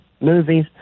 movies